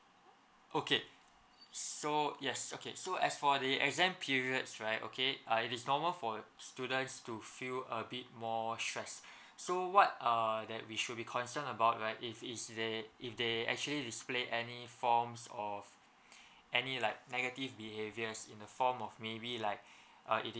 okay so yes okay so as for the exam periods right okay uh it is normal for students to feel a bit more stress so what err that we should be concerned about right if it's they if they actually display any forms of any like negative behaviours in the form of maybe like uh it is